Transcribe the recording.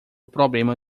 problema